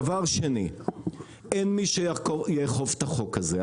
דבר שני, אין מי שיאכוף את החוק הזה.